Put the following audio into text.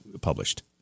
published